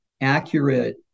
accurate